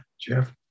Jeff